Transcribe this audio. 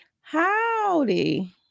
Howdy